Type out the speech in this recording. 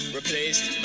replaced